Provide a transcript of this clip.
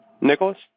Nicholas